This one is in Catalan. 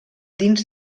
dins